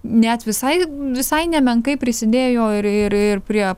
net visai visai nemenkai prisidėjo ir ir ir prie